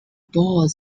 bore